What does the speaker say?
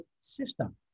system